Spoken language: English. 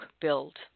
Build